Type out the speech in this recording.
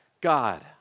God